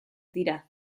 dira